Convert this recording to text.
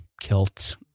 kilt